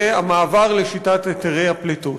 ומעבר לשיטת היתרי הפליטות.